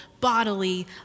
bodily